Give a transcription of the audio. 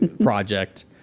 project